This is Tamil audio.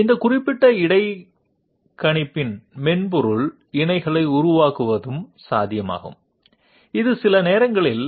இந்த குறிப்பிட்ட இடைக்கணிப்பின் மென்பொருள் இணைகளை உருவாக்குவதும் சாத்தியமாகும் இது சில நேரங்களில்